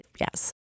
yes